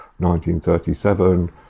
1937